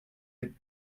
had